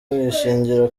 bishingira